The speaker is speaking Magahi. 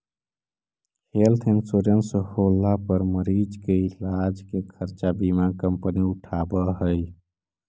हेल्थ इंश्योरेंस होला पर मरीज के इलाज के खर्चा बीमा कंपनी उठावऽ हई